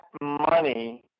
money